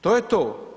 To je to.